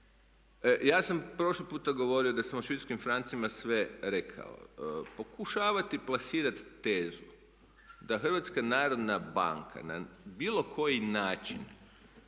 Ja sam prošli puta govorio da sam o švicarskim francima sve rekao. Pokušavati plasirati tezu da HNB na bilo koji način